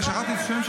על טלי גוטליב?